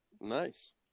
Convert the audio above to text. Nice